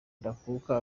ndakuka